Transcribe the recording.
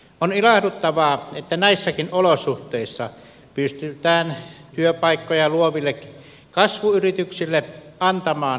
on ilahduttavaa että näissäkin olosuhteissa pystytään työpaikkoja luoville kasvuyrityksille antamaan verohelpotuksia